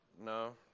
No